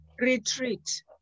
retreat